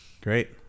Great